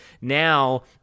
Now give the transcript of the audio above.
Now